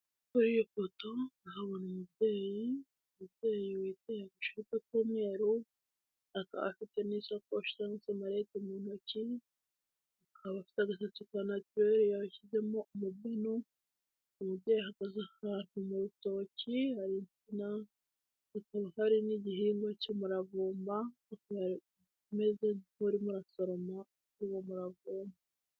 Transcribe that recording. Kuri iyi foto ndahabona umubyeyi, umubyeyi witeye agasharupe k'umweru, akaba afite n'ishakoshi cyangwa se mareti mu ntoki, afite agasatsi ka naturele yashyizemo umubino, uwo mubyeyi ahagaze ahantu mu rutoki, hari kandi n'igihingwa cy'umuravumba, akaba ameze nk'urimo arasoroma uwo muravumba we.